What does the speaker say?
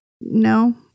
no